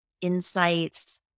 insights